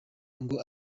ngo